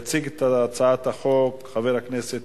יציג את הצעת החוק חבר הכנסת